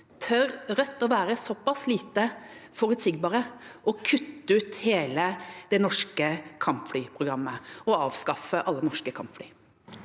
tør Rødt å være såpass lite forutsigbare og kutte ut hele det norske kampflyprogrammet og avskaffe alle norske kampfly?